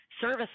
Service